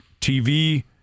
TV